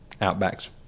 Outback's